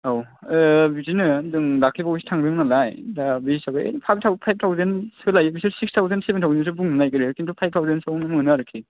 औ बिदिनो जों दाख्लै बावैसो थांदों नालाय दा बे हिसाबै फाफ फाइफ थावजेनसो लायो बिसोर सिक्स थावजेन सेबेन थावजेनसो बुंनो नागिरो किन्तु फाइफ थावजेनसोआवनो मोनो आरोकि